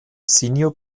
senior